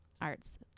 arts